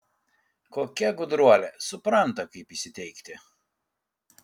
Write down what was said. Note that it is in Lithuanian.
kokia gudruolė supranta kaip įsiteikti